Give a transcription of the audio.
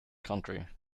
country